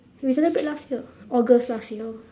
we celebrate last year august last year